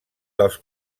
dels